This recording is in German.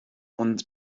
und